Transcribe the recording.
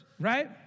right